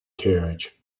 carriage